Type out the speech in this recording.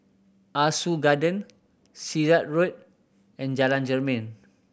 Ah Soo Garden Sirat Road and Jalan Jermin